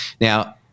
Now